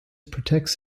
protects